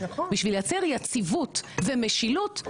בשביל לייצר יציבות ומשילות,